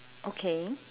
okay